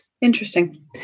interesting